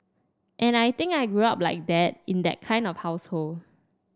and I think I grew up like that in that kind of household